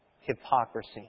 hypocrisy